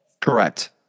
correct